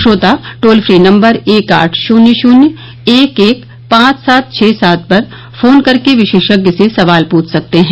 श्रोता toll free number एक आठ शून्य शून्य एक एक पांच सात छ सात पर फोन करके विशेषज्ञ से सवाल पूछ सकते हैं